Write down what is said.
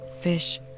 fish